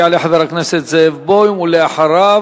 יעלה חבר הכנסת זאב בוים, ואחריו,